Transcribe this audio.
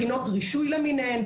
בחינות רישוי למיניהן,